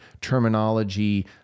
terminology